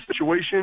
situation